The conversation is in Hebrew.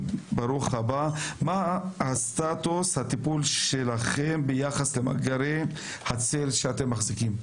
מה סטטוס הטיפול שלכם ביחס למאגרי הצל שאתם מחזיקים?